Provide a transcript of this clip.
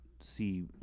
see